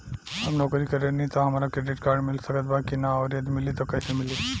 हम नौकरी करेनी त का हमरा क्रेडिट कार्ड मिल सकत बा की न और यदि मिली त कैसे मिली?